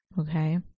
Okay